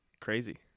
Crazy